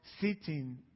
sitting